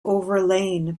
overlain